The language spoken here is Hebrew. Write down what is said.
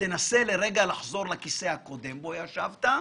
תנסה רגע לחזור לכיסא הקודם בו ישבת.